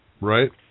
right